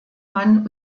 man